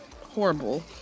horrible